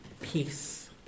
peace